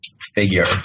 figure